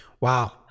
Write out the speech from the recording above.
wow